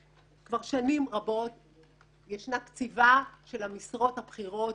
כבר שנים רבות ישנה קציבה של המשרות הבכירות